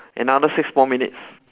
another six more minutes